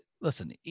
listen